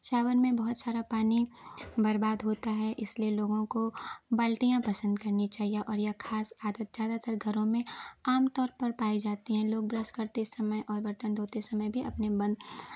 shower में बहुत सारा पानी बर्बाद होता है इसलिए लोगों को बाल्टियाँ पसंद करनी चाहिए और यह खास आदत ज़्यादातर घरों में आम तौर पर पाए जाते हैं लोग ब्रश करते समय और बर्तन धोते समय भी अपने बल